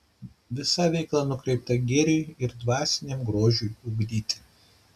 visa veikla nukreipta gėriui ir dvasiniam grožiui ugdyti